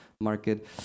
market